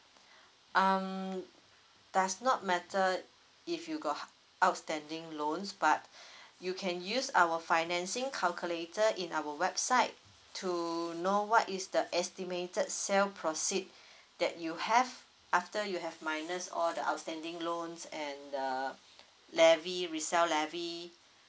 um does not matter if you got outstanding loans but you can use our financing calculator in our website to know what is the estimated sell proceed that you have after you have minus all the outstanding loans and the levy resale levy